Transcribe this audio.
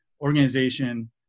organization